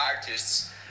artists